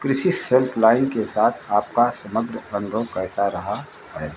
crisis helpline के साथ आपका समग्र अनुभव कैसा रहा है